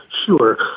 Sure